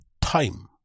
time